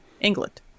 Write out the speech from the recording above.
england